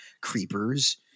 creepers